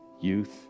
youth